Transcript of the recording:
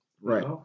Right